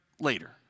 later